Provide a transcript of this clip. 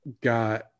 got